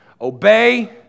Obey